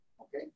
Okay